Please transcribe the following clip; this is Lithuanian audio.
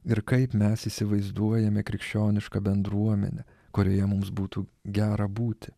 ir kaip mes įsivaizduojame krikščionišką bendruomenę kurioje mums būtų gera būti